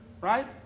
Right